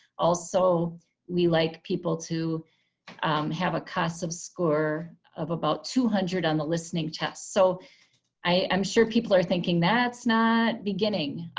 also we like people to have a casas score of about two hundred on the listening test. so i'm sure people are thinking that's not beginning.